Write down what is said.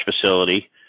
facility